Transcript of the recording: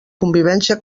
convivència